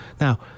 Now